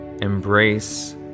embrace